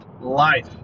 Life